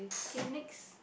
okay next